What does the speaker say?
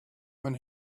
when